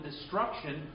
destruction